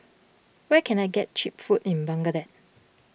where can I get Cheap Food in Baghdad